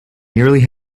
nearly